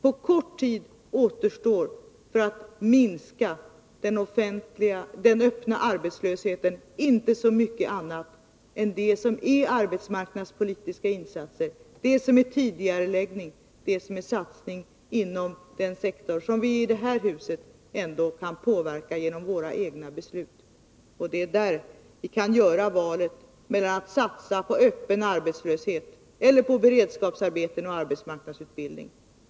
På kort tid återstår — för att minska den öppna arbetslösheten — inte så mycket annat än det som är arbetsmarknadspolitiska insatser, dvs. tidigareläggningar och satsning inom den sektor som vi i det här huset kan påverka genom våra egna beslut. Det är där vi kan göra valet mellan att satsa på öppen arbetslöshet eller på beredskapsarbeten och arbetsmarknadsutbildning.